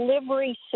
delivery